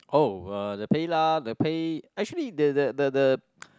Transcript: oh uh the PayLah the pay actually the the the the